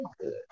good